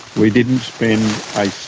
we didn't spend